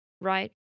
right